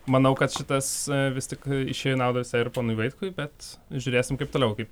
manau kad šitas vis tik išėjo į naudą visai ir ponui vaitkui bet žiūrėsime kaip toliau kaip